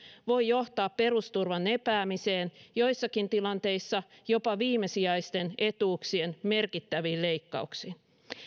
voi johtaa perusturvan epäämiseen joissakin tilanteissa jopa viimesijaisten etuuksien merkittäviin leikkauksiin